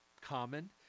common